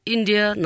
India